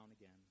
again